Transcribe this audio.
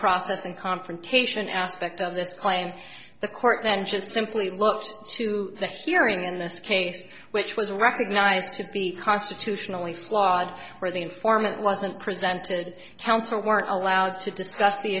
process and confrontation aspect of this claim the court and just simply look to the hearing in this case which was recognized to be constitutionally flawed where the informant wasn't presented counsel weren't allowed to discuss the